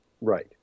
Right